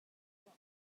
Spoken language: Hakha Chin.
tuah